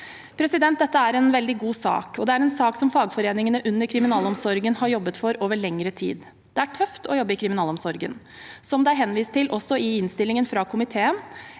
Dette er en veldig god sak, og det er en sak fagforeningene under kriminalomsorgen har jobbet for over lengre tid. Det er tøft å jobbe i kriminalomsorgen. Som det er henvist til også i innstillingen fra komiteen,